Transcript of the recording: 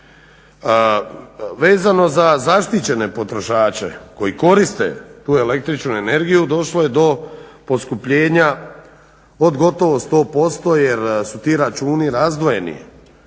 Vezano za zaštićene potrošače koji koriste tu električnu energiju došlo je do poskupljenja od gotovo 100% jer su ti računi razdvojeni